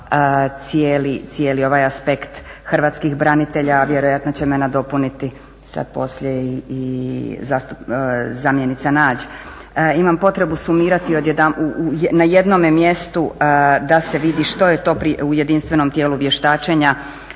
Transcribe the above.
cijeli ovaj aspekt hrvatskih branitelja, a vjerojatno će me nadopuniti sad poslije i zamjenica Nađ. Imam potrebu sumirati na jednome mjestu da se vidi što je to u jedinstvenom tijelu vještačenja